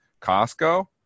Costco